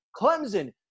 Clemson